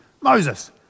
Moses